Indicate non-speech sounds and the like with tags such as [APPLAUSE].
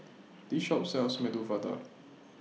[NOISE] This Shop sells Medu Vada